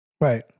Right